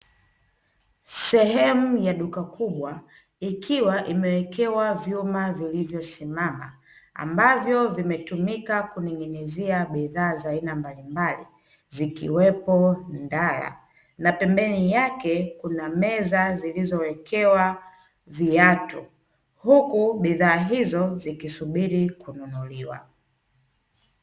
Sehemu ya duka kubwa ikiwa imewekewa vyuma vilivyosimama ambavyo vimetumika kuning'inizia bidhaa za aina mbalimbali, zikiwepo ndala, na pembeni yake kuna meza zilizowekewa viatu huku bidhaa hizo zikisubiri kununuliwa.